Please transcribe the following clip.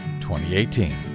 2018